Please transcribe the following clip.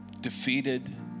defeated